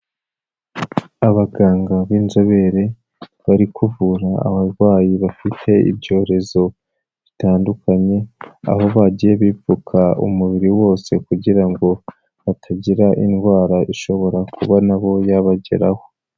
Abaganga b'inzobere bari kuvura abarwayi bafite ibyorezo bitandukanye, aho bagiye bipfuka umubiri wose kugira ngo batagira indwara ishobora kuba na bo yabageraho.